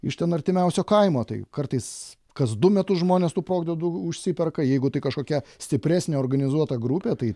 iš ten artimiausio kaimo tai kartais kas du metus žmonės tų produktų užsiperka jeigu tai kažkokia stipresnė organizuota grupė tai